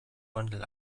gondel